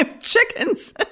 chickens